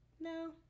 no